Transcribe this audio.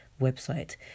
website